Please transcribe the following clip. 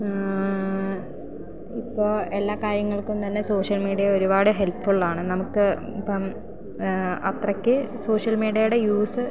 ആ ഇപ്പോൾ എല്ലാ കാര്യങ്ങൾക്കും തന്നെ സോഷ്യൽ മീഡിയ ഒരുപാട് ഹെൽപ്ഫുള്ളാണ് നമുക്ക് ഇപ്പം അത്രക്ക് സോഷ്യൽ മീഡിയേടെ യൂസ്